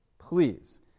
please